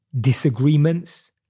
disagreements